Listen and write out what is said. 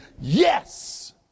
Yes